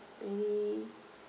any